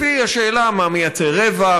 לפי השאלה מה מייצר רווח,